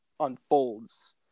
Unfolds